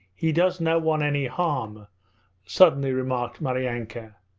he does no one any harm suddenly remarked maryanka.